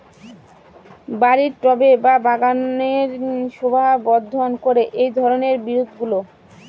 বাড়ির টবে বা বাগানের শোভাবর্ধন করে এই ধরণের বিরুৎগুলো